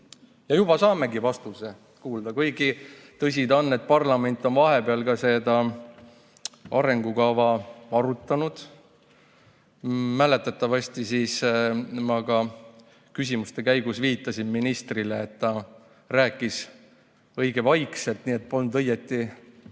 ja juba saamegi vastust kuulda, kuigi tõsi ta on, et parlament on vahepeal seda arengukava arutanud. Mäletatavasti ma ka küsimuste käigus viitasin ministrile, et ta rääkis õige vaikselt, nii et polnud õieti